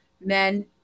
men